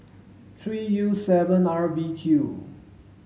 three U seven R B Q